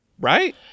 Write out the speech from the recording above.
Right